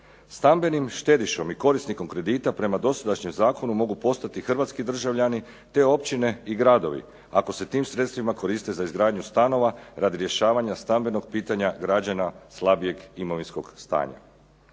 Stambenim štedišom i korisnikom kredita prema dosadašnjem zakonu mogu postati hrvatski državljani te općine i gradovi ako se tim sredstvima koriste za izgradnju stanova radi rješavanja stambenog pitanja građana slabijeg imovinskog stanja.